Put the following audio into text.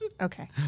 Okay